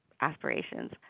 aspirations